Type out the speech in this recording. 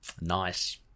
nice